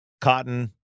cotton